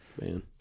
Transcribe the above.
man